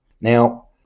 Now